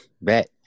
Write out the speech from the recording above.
Bet